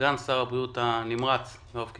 סגן שר הבריאות יואב קיש.